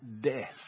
death